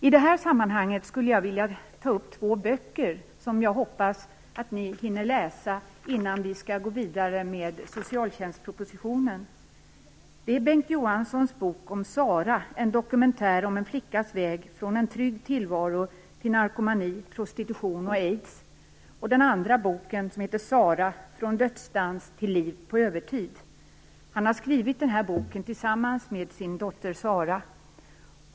I det här sammanhanget skulle jag vilja ta upp två böcker som jag hoppas att ni hinner läsa innan vi går vidare med socialtjänstpropositionen. Den första boken är Bengt Johanssons bok Sara, en dokumentär om en flickas väg från en trygg tillvaro till narkomani, prostitution och aids. Den andra boken heter Sara Från dödsdans till liv på övertid. Den senare boken har Bengt Johansson skrivit tillsammans med sin dotter Sara.